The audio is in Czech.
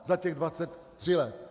Za těch 23 let.